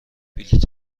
بلیط